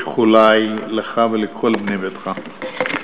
איחולי לך ולכל בני ביתך.